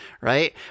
Right